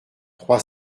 trois